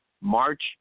March